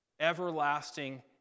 everlasting